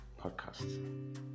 podcast